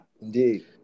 Indeed